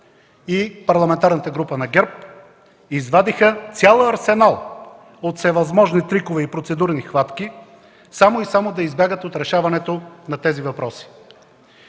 и Парламентарната група на ГЕРБ извадиха цял арсенал от всевъзможни трикове и процедурни хватки, само и само да избягат от решаването на тези въпроси.